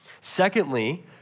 Secondly